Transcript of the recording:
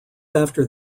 after